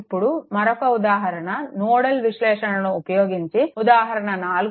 ఇప్పుడు మరొక ఉదాహరణ నోడల్ విశ్లేషణను ఉపయోగించి ఉదాహరణ 4